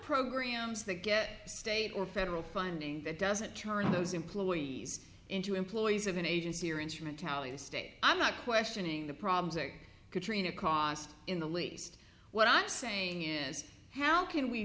programs that get state or federal funding that doesn't turn those employees into employees of an agency or instrumentality i'm not questioning the problems that katrina cost in the least what i'm saying is how can we